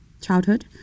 childhood